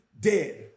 dead